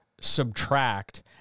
subtract